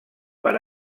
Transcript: per